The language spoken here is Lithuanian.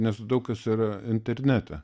nes daug kas yra internete